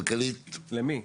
למי?